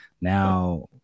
now